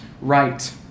right